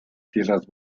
tierras